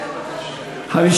קבוצת סיעת